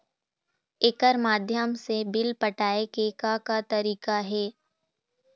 एकर माध्यम से बिल पटाए के का का तरीका हे?